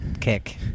kick